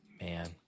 Man